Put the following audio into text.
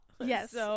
Yes